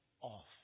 off